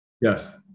Yes